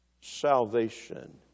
salvation